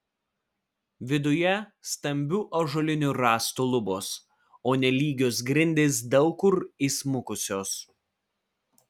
viduje stambių ąžuolinių rąstų lubos o nelygios grindys daug kur įsmukusios